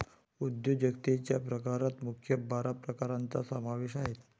उद्योजकतेच्या प्रकारात मुख्य बारा प्रकारांचा समावेश आहे